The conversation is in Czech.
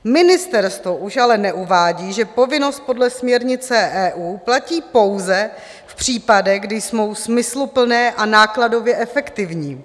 Ministerstvo už ale neuvádí, že povinnost podle směrnice EU platí pouze v případech, kdy jsou smysluplné a nákladově efektivní.